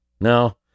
No